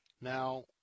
Now